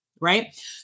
Right